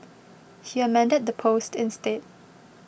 he amended the post instead